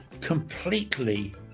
completely